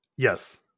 Yes